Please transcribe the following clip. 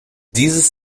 dieses